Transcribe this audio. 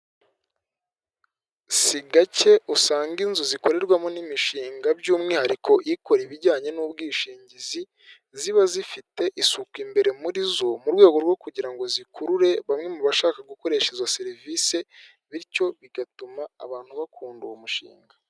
Si gake usanga inzu zikorerwamo n'imishinga by'umwihariko ikora ibijyanye n'ubwishingizi, ziba zifite isuku imbere muri zo mu rwego rwo kugirango zikurure bamwe mu bashaka gukoresha izo serivise, bityo bigatuma abantu bakunda uwo mushinga.